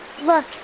Look